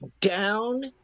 Down